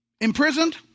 Imprisoned